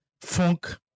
Funk